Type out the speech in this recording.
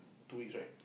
two weeks right